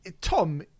tom